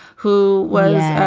who was,